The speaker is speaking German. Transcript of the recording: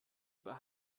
über